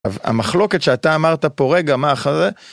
אז המחלוקת שאתה אמרת פה רגע, מה אחרי?